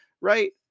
right